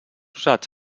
usats